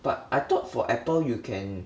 but I thought for Apple you can